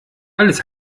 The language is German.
alles